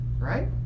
Right